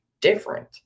different